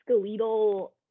skeletal